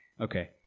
Okay